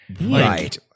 Right